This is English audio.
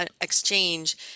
Exchange